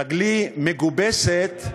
רגלי מגובסת.